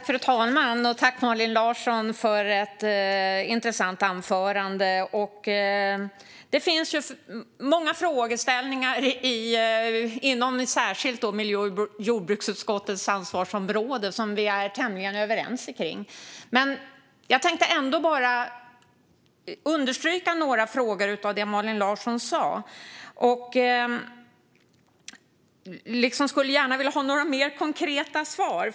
Fru talman! Tack, Malin Larsson, för ett intressant anförande! Det finns många frågor inom särskilt miljö och jordbruksutskottets ansvarsområde där vi är tämligen överens. Jag tänkte ändå bara understryka något av det som Malin Larsson sa och skulle gärna vilja ha lite mer konkreta svar.